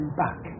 back